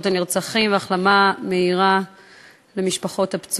הנרצחים ולאחל החלמה מהירה לפצועים.